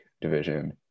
Division